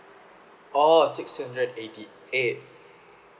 orh six hundred eighty eight